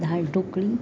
દાળ ઢોકળી